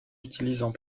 utilisant